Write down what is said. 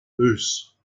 ouse